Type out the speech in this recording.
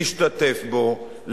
להשתתף בו,